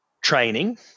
training